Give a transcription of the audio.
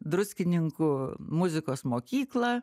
druskininkų muzikos mokyklą